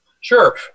Sure